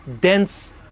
dense